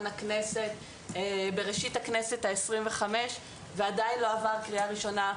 הכנסת בראשית הכנסת ה-25 ועדיין לא עברה קריאה ראשונה,